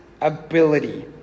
ability